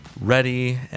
ready